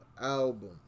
album